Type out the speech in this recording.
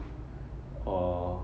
or